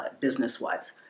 business-wise